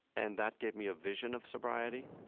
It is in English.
and that gave me a vision of sobriety,